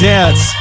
Dance